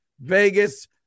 Vegas